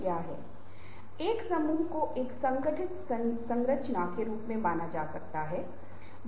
क्या आप गतिविधियों के सापेक्ष महत्व का आकलन करते हैं